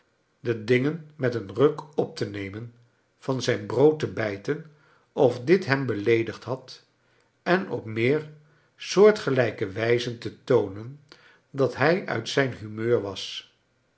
de dingen met een ruk op te nemen van zijn brood te bijten of dit hem beleedigd had en op meer soortgelijke wijzen te toonen dat hij uit zijn huineur was